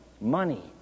money